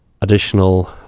additional